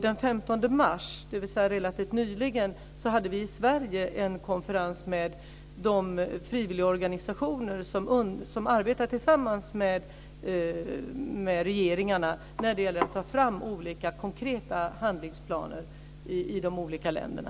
Den 15 mars, dvs. relativt nyligen, hade vi i Sverige en konferens med de frivilligorganisationer som arbetar tillsammans med regeringarna när det gäller att ta fram olika konkreta handlingsplaner i de olika länderna.